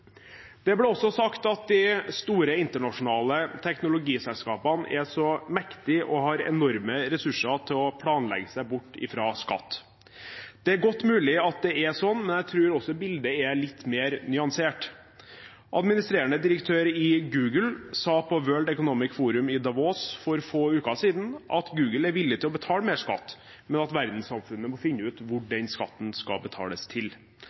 ble også sagt at de store internasjonale teknologiselskapene er så mektige og har enorme ressurser til å planlegge seg bort fra skatt. Det er godt mulig at det er sånn, men jeg tror også at bildet er litt mer nyansert. Administrerende direktør i Google sa på World Economic Forum i Davos for få uker siden at Google er villig til å betale mer skatt, men at verdenssamfunnet må finne ut hvor den skatten skal betales til.